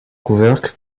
couvercle